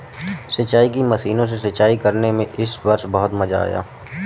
सिंचाई की मशीनों से सिंचाई करने में इस वर्ष बहुत मजा आया